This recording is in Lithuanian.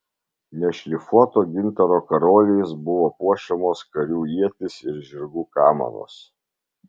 nešlifuoto gintaro karoliais buvo puošiamos karių ietys ir žirgų kamanos